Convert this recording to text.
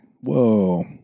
whoa